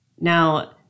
Now